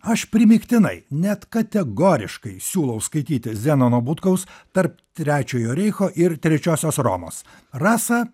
aš primygtinai net kategoriškai siūlau skaityti zenono butkaus tarp trečiojo reicho ir trečiosios romos rasa